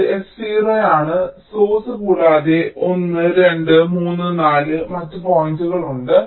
ഈ S0 ആണ് source കൂടാതെ 1 2 3 4 മറ്റ് പോയിന്റുകൾ ഉണ്ട്